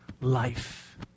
life